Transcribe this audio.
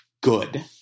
good